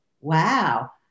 wow